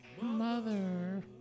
Mother